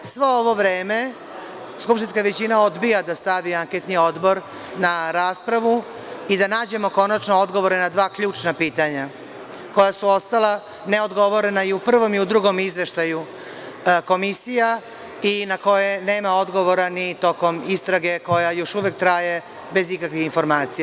Svo ovo vreme skupštinska većina odbija da stavi anketni odbor na raspravu i da nađemo konačno odgovore na dva ključna pitanja koja su ostala neodgovorena i u prvom i u drugom izveštaju komisija i na koja nema odgovora ni tokom istrage koja još uvek traje bez ikakvih informacija.